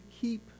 keep